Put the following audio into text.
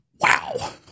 Wow